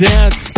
Dance